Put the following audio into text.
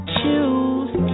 choose